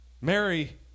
Mary